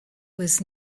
was